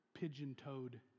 pigeon-toed